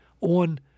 on